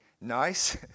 nice